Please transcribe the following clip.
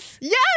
Yes